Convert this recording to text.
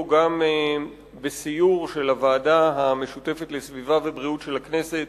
גם בסיור של הוועדה המשותפת לסביבה ובריאות של הכנסת